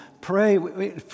Pray